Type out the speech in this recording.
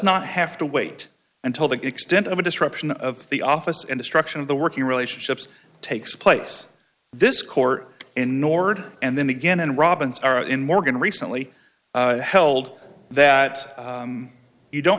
not have to wait until the extent of a disruption of the office and destruction of the working relationships takes place this court in nord and then again and robbins are in morgan recently held that you don't